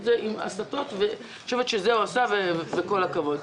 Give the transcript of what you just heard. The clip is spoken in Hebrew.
אותם עם הסטות ואני חושבת שאת זה הוא עשה וכל הכבוד.